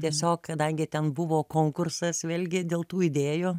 tiesiog kadangi ten buvo konkursas vėlgi dėl tų idėjų